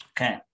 Okay